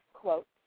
quote